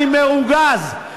אני מרוגז.